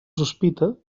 sospita